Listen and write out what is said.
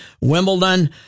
Wimbledon